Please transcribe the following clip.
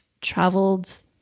traveled